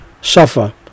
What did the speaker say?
suffer